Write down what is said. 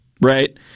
right